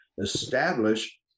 establish